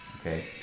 okay